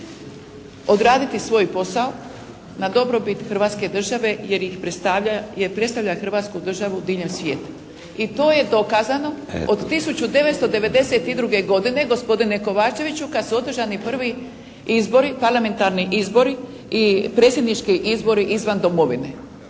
odrediti svoj posao na dobrobit hrvatske države jer predstavlja hrvatsku državu diljem svijeta. I to je dokazano od 1992. godine gospodine Kovačeviću, kad su održani prvi izbori, parlamentarni izbori i predsjednički izbori izvan domovine.